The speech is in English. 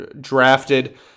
drafted